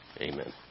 Amen